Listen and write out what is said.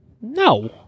No